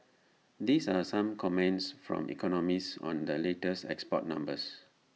these are some comments from economists on the latest export numbers